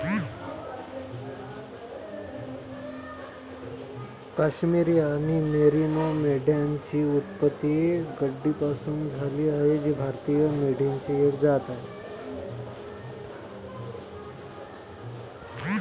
काश्मिरी आणि मेरिनो मेंढ्यांची उत्पत्ती गड्डीपासून झाली आहे जी भारतीय मेंढीची एक जात आहे